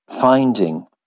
finding